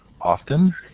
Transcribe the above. often